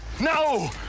No